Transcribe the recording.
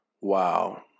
Wow